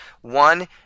One